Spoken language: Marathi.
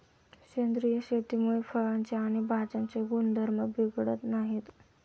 सेंद्रिय शेतीमुळे फळांचे आणि भाज्यांचे गुणधर्म बिघडत नाहीत